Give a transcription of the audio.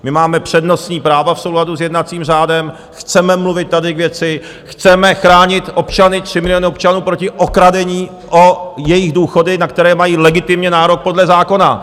My máme přednostní práva v souladu s jednacím řádem, chceme mluvit tady k věci, chceme chránit občany, tři miliony občanů proti okradení o jejich důchody, na které mají legitimně nárok podle zákona!